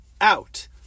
out